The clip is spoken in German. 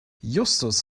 justus